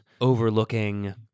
overlooking